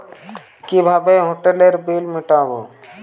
কিভাবে হোটেলের বিল মিটাব?